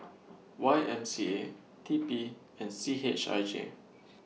Y M C A T P and C H I J